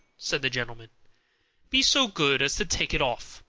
said the gentleman be so good as to take it off,